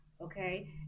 okay